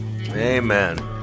Amen